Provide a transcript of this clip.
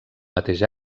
mateix